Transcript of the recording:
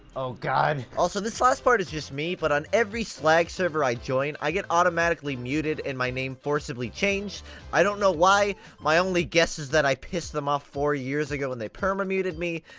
ah also this last part is just me but on every slag server i join, i get automatically muted and my name forcibly changed i don't know why, my only guess is that i pissed them off four years ago and they perma-muted me,